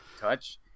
touch